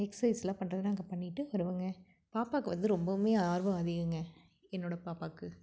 எக்சைஸுலாம் பண்ணுறதுனா அங்கே பண்ணிவிட்டு வருவோங்க பாப்பாவுக்கு வந்து ரொம்பவுமே ஆர்வம் அதிகங்க என்னோடய பாப்பாவுக்கு